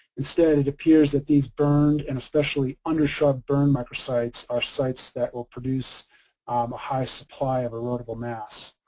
instead it appears that these burned and specially under shrub burn micro-sites are sites that will produce um a high supply of erodible mass.